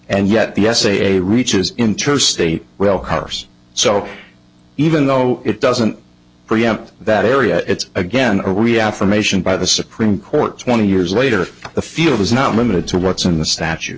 and yet the s a a reaches interstate well cars so even though it doesn't preempt that area it's again a reaffirmation by the supreme court twenty years later the field is not limited to what's in the statu